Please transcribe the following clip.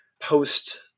post